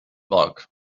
bulk